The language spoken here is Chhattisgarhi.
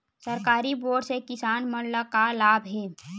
सरकारी बोर से किसान मन ला का लाभ हे?